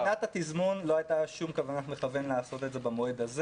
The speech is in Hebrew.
-- לא הייתה שום כוונת מכוון לעשות את זה במועד הזה.